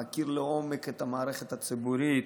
הוא מכיר לעומק את המערכת הציבורית,